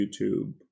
YouTube